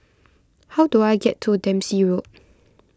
how do I get to Dempsey Road